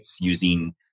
using